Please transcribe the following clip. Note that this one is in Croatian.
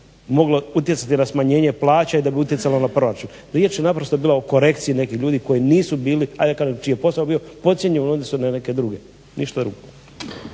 moglo utjecati na smanjenje plaće i da bi utjecalo na proračun. Riječ je naprosto bila o korekciji nekih ljudi koji nisu bili ajde da kažem čiji je posao bio podcijenjen u odnosu na neke druge, ništa drugo.